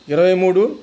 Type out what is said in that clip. ఇరవై మూడు